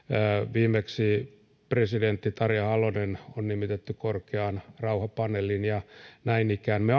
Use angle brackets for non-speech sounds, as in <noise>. viimeksi presidentti tarja halonen on nimitetty korkeaan rauhanpaneeliin näin ikään me <unintelligible>